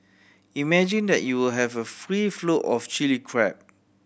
imagine that you'll have a free flow of Chilli Crab